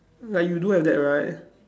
like you do have that right